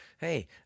hey